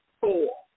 four